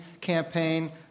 campaign